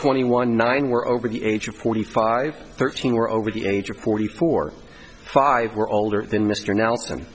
twenty one nine were over the age of forty five thirteen were over the age of forty four five were older than mr nelson